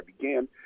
began